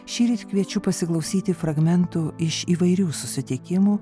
šįryt kviečiu pasiklausyti fragmentų iš įvairių susitikimų